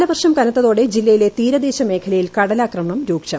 കാലവർഷം കനത്തോടെ ജില്ലയിലെ തീരദേശ മേഖലയിൽ കടലാക്രമണം രൂക്ഷം